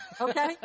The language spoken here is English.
okay